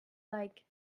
like